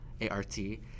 A-R-T